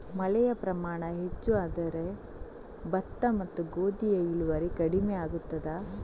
ಮಳೆಯ ಪ್ರಮಾಣ ಹೆಚ್ಚು ಆದರೆ ಭತ್ತ ಮತ್ತು ಗೋಧಿಯ ಇಳುವರಿ ಕಡಿಮೆ ಆಗುತ್ತದಾ?